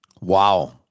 wow